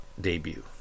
debut